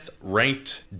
ranked